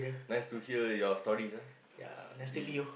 nice to hear your stories ah uh we